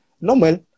normal